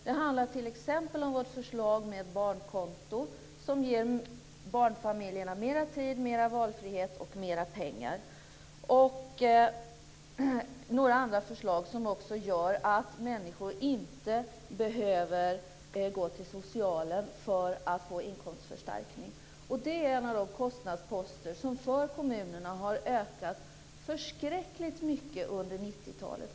Det handlar t.ex. om vårt förslag till barnkonto, som ger barnfamiljerna mer tid, mer valfrihet och mer pengar. Vi har också några andra förslag som gör att människor inte behöver gå till socialen för att få en inkomstförstärkning. Det är en av de kostnadsposter som har ökat förskräckligt mycket för kommunerna under 90-talet.